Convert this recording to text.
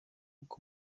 nko